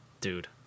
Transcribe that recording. Dude